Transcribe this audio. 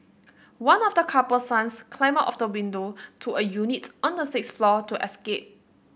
one of the couple's sons climbed out of the window to a unit on the sixth floor to escape